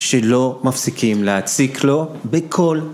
שלא מפסיקים להציק לו בכל